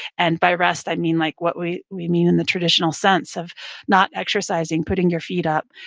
and by rest, i mean like what we we mean in the traditional sense of not exercising, putting your feet up,